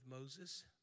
Moses